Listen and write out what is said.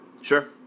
Sure